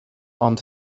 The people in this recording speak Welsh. ond